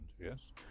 yes